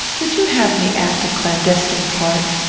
would you have me act a clandestine part?